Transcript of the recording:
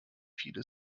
viele